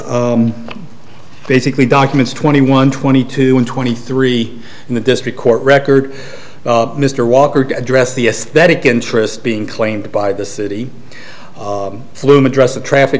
basically documents twenty one twenty two twenty three in the district court record mr walker address the aesthetic interest being claimed by the city flume address the traffic